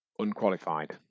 unqualified